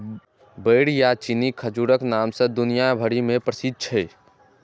बेर या चीनी खजूरक नाम सं दुनिया भरि मे प्रसिद्ध छै